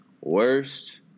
Worst